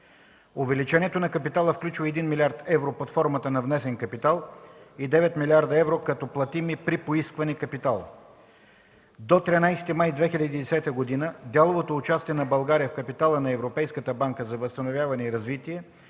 Увеличението на капитала включва 1 милиард евро под формата на внесен капитал и 9 милиарда евро, като платим при поискване капитал. До 13 май 2010 г. дяловото участие на България в капитала на ЕБВР е 158 милиона евро или